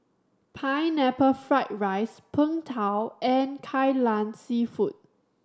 Pineapple Fried rice Png Tao and Kai Lan Seafood